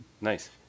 Nice